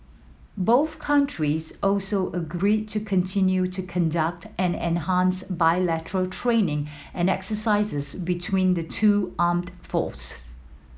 both countries also agreed to continue to conduct and enhance bilateral training and exercises between the two armed force